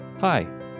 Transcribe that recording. Hi